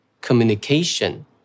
communication